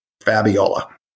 fabiola